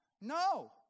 no